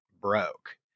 broke